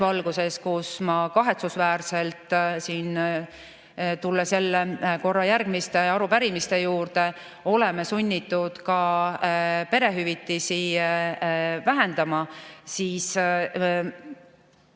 valguses, kus me kahetsusväärselt – tulen jälle korra järgmiste arupärimiste juurde – oleme sunnitud ka perehüvitisi vähendama,